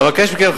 אבקש מכם,